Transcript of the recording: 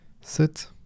sit